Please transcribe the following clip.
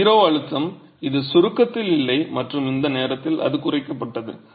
0 அழுத்தம் இது சுருக்கத்தில் இல்லை மற்றும் இந்த நேரத்தில் அது குறைக்கப்பட்டது